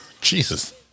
Jesus